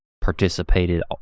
participated